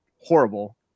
horrible